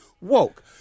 woke